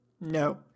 No